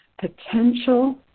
potential